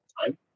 time